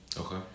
Okay